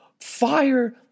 Fire